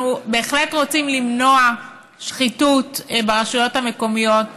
אנחנו בהחלט רוצים למנוע שחיתות ברשויות המקומיות,